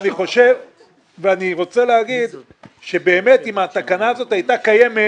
אני רוצה לומר שאם התקנה הזו הייתה קיימת